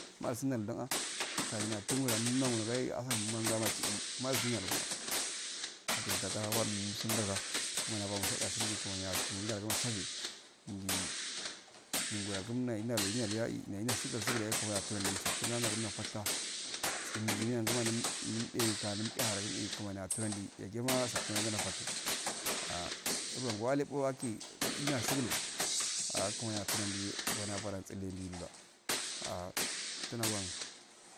Masun nlu don ah kawe tun ah na munoga asna soma non ngaba chi eh malusun nakona nakun ndaka wadusun ndaka kumani afokun chade asundi kumani dima diame ndi ngoro kun nali wali ya ehh ah subdu sublu ya eh kumani to msatun ga la fafta tsim zima a guma uindi ka dia kumani aftodan geh yaglma asaftun ango pal ah hurbu rongo ga waki yila sugulu ah kumani aftodan kumani afodan tsalendi lude ah tundu dan.